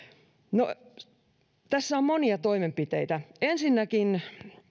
no tässä on monia toimenpiteitä ensinnäkin